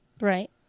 right